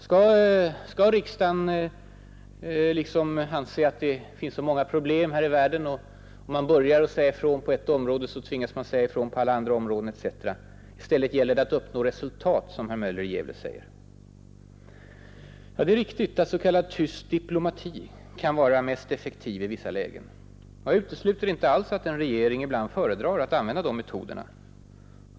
Skall riksdagen anse att det finns så många problem här i världen att om man börjar säga ifrån på ett område så tvingas man säga ifrån på alla andra områden etc.? I stället gäller det att ”uppnå resultat”, som herr Möller i Gävle säger. Ja, det är riktigt att s.k. tyst diplomati kan vara mest effektiv i vissa lägen. Jag utesluter inte alls att en regering ibland föredrar att använda de metoderna.